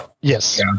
Yes